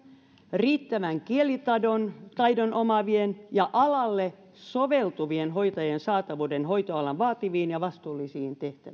riittävän kielitaidon omaavien ja alalle soveltuvien hoitajien saatavuuden hoitoalan vaativiin ja vastuullisiin